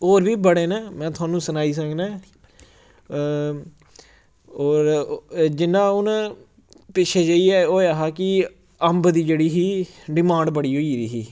होर बी बड़े न में थोआनू सनाई सकना ऐ और जिन्ना हून पिच्छे जाइयै होएआ हा कि अम्ब दी जेह्ड़ी ही डिमांड बड़ी होई गेई ही